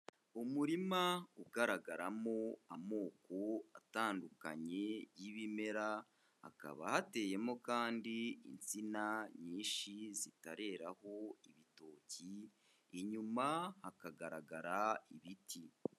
Umurima ugaragaramo amoko atandukanye y'ibimera, hakaba hateyemo kandi insina nyinshi zitareraho ibitoki, inyuma hakagaragara ibiti.